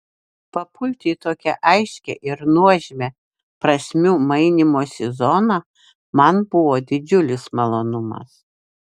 papulti į tokią aiškią ir nuožmią prasmių mainymosi zoną man buvo didžiulis malonumas